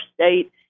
state